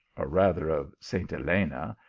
or rather of st. elena,